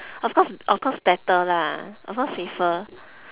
of course of course better lah of course safer